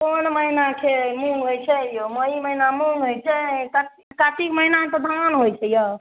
कोन महिनाके मूँग होइ छै यौ मइ महिना मूँग होइ छै कातिक महिना तऽ धान होइ छै यौ